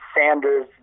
Sanders